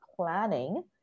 planning